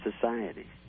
society